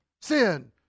sin